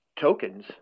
tokens